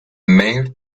mare